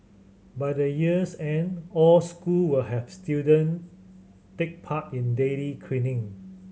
by the year's end all school will have student take part in daily cleaning